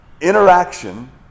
interaction